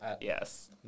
Yes